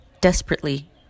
desperately